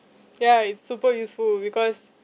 ya it's super useful because